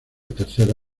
tercer